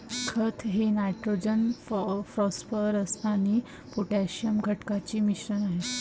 खत हे nitrogen phosphorus आणि पोटॅशियम घटकांचे मिश्रण आहे